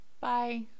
Bye